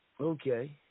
Okay